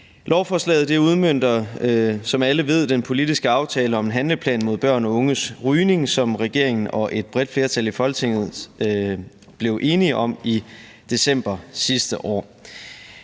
Lovforslaget udmønter, som alle ved, den politiske aftale om en handleplan mod børn og unges rygning, som regeringen og et bredt flertal i Folketinget blev enige om i december sidste år.